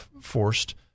forced